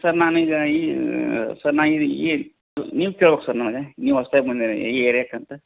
sir ನಾನೀಗ ಈ sir ನಾನು ಈ ಈ ನೀವು ಕೇಳ್ಬೇಕು ಸರ್ ನನಗೆ ನೀ ಹೊಸ್ತಾಗಿ ಬಂದ್ಯಾನ ಈ ಏರಿಯಾಕೆ ಅಂತ